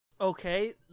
Okay